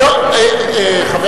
מה הוא יודע על "בית יהונתן"?